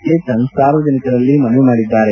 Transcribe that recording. ಚೇತನ್ ಸಾರ್ವಜನಿಕರಲ್ಲಿ ಮನವಿ ಮಾಡಿದ್ದಾರೆ